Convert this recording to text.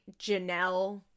Janelle